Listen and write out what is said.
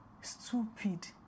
stupid